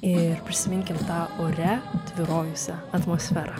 ir prisiminkim tą ore tvyrojusią atmosferą